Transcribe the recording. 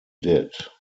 did